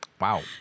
Wow